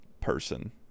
person